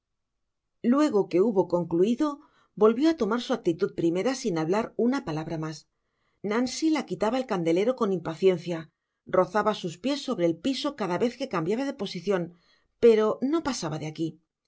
luego que hubo concluido volvió á tomar su actitud primera sin hablar una palabra mas nancy la quitaba el candelero con impaciencia rozaba sus piés sobre el piso cada vez que cambiaba de posicion pero no pasaba de aquí